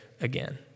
again